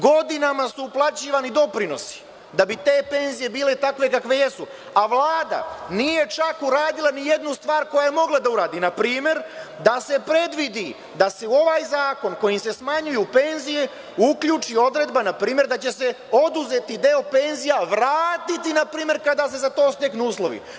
Godinama su uplaćivani doprinosi da bi te penzije bile takve kakve jesu, a Vlada nije čak uradila nijednu stvar koju je mogla da uradi, npr. da se predvidi da se u ovaj zakon u kome se smanjuju penzije uključi odredba da će se oduzeti deo penzija vratiti npr. kada se za to steknu uslovi.